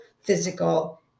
physical